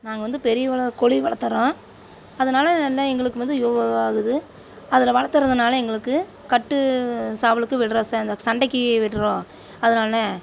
நாங்கள் வந்து பெரியவலம் கோழி வளர்த்தறோம் அதனால எல்லா எங்களுக்கு வந்து யோக ஆகுது அதில் வளர்த்தறதுனால எங்களுக்கு கட்டு சாவலுக்கு விடுற சேர்ந்த சண்டைக்கி விடுறோம் அதனால